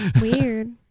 Weird